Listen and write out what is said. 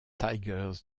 tigers